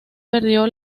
perdió